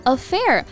Affair